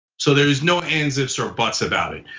so there is no ands ifs or buts about it.